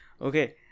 Okay